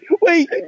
Wait